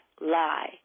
lie